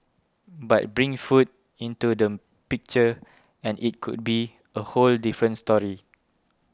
but bring food into the picture and it could be a whole different story